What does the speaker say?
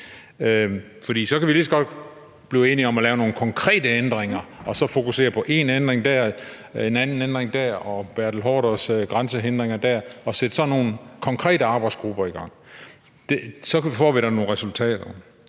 Så kan vi lige så godt blive enige om at lave nogle konkrete ændringer og så fokusere på én ændring her, en anden ændring dér og Bertel Haarders fokus på grænsehindringer dér og sætte nogle konkrete arbejdsgrupper i gang. Så får vi da nogle resultater.